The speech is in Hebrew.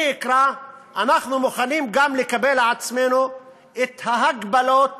אנחנו מוכנים גם לקבל על עצמנו את ההגבלות